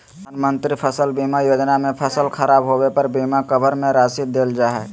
प्रधानमंत्री फसल बीमा योजना में फसल खराब होबे पर बीमा कवर में राशि देल जा हइ